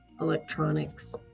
electronics